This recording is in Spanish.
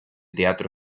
teatro